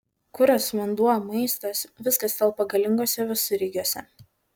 kuras vanduo maistas viskas telpa galinguose visureigiuose